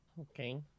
Okay